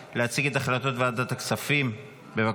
אושרה בקריאה הראשונה ותעבור לוועדת החוקה, חוק